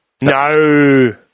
No